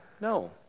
No